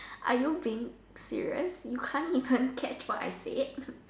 are you being serious you can't even catch what I said